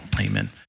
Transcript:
amen